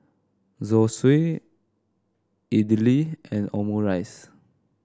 Zosui Idili and Omurice